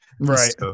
right